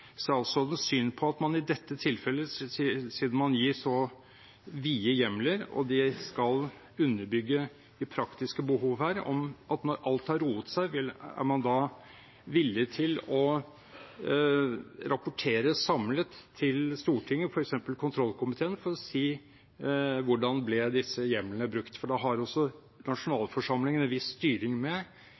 syn på om man i dette tilfellet – siden man gir så vide hjemler, og de skal underbygge de praktiske behov her – når alt har roet seg, er villig til å rapportere samlet til Stortinget, f.eks. til kontrollkomiteen, for å si hvordan disse hjemlene ble brukt. For da har også nasjonalforsamlingen en viss styring med